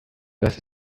das